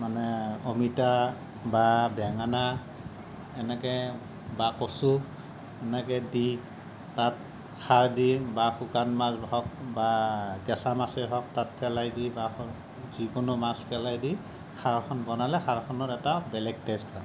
মানে অমিতা বা বেঙেনা এনেকে বা কচু এনেকে দি তাত খাৰ দি বা শুকান মাছ হওঁক বা কেচা মাছেই হওঁক তাত পেলাই দি বা যিকোনো মাছ পেলাই দি খাৰখন বনালে খাৰখনৰ এটা বেলেগ টেস্ট হয়